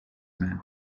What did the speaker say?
men